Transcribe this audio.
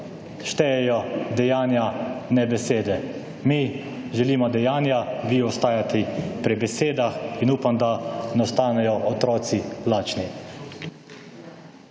štejejo dejanja, ne besede. Mi želimo dejanja, vi ostajate pri besedah in upam, da ne ostanejo otroci lačni.